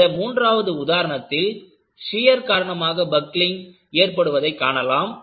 இந்த மூன்றாவது உதாரணத்தில் ஷியர் காரணமாக பக்லிங் ஏற்படுவதை காணலாம்